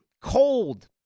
Cold